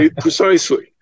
precisely